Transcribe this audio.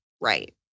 Right